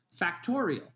factorial